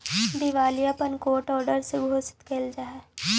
दिवालियापन court order से घोषित कैल जा हई